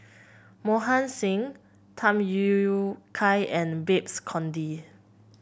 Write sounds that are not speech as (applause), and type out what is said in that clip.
Mohan Singh Tham (unintelligible) Kai and Babes Conde